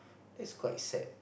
that's quite sad